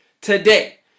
today